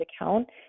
account